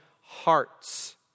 hearts